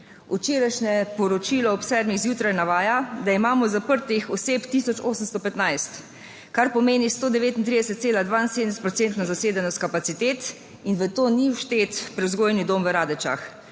Včerajšnje poročilo ob 7. zjutraj navaja, da imamo zaprtih oseb 1815, kar pomeni 139,72 procentno zasedenost kapacitet - in v to ni vštet prevzgojni dom v Radečah.